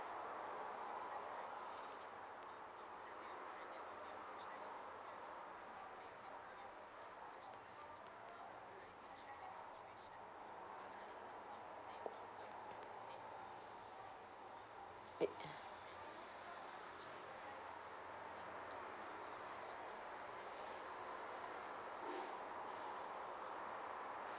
it